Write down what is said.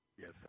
Yes